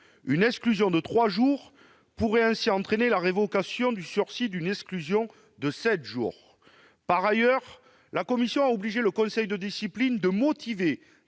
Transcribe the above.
Une exclusion de trois jours pourrait ainsi entraîner la révocation du sursis d'une exclusion de sept jours. Par ailleurs, la commission a obligé le conseil de discipline à motiver